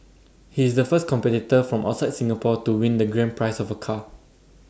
he is the first competitor from outside Singapore to win the grand prize of A car